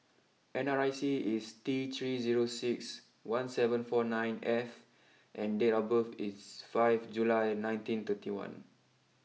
N R I C is T three zero six one seven four nine F and date of birth is five July nineteen thirty one